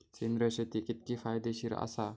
सेंद्रिय शेती कितकी फायदेशीर आसा?